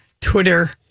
Twitter